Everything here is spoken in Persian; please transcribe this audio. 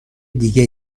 دیگه